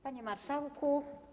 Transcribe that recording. Panie Marszałku!